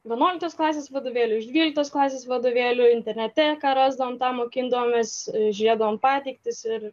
vienuoliktos klasės vadovėlių iš dvyliktos klasės vadovėlių internete ką rasdavom tą mokindavomės žiūrėdavom pateiktis ir